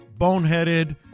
Boneheaded